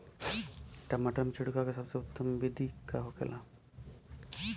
टमाटर में छिड़काव का सबसे उत्तम बिदी का होखेला?